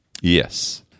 Yes